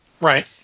Right